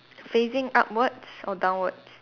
facing upwards or downwards